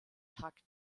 takt